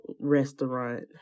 restaurant